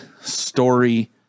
story